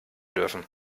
dürfen